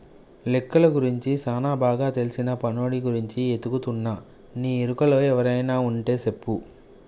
లెక్కలు గురించి సానా బాగా తెల్సిన పనోడి గురించి ఎతుకుతున్నా నీ ఎరుకలో ఎవరైనా వుంటే సెప్పు